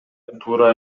туура